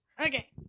Okay